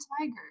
Tiger